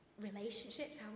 Relationships